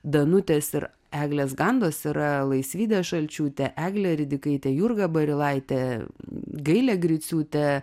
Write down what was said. danutės ir eglės gandos yra laisvydė šalčiūtė egle ridikaite jurga barilaitė gailė griciūtė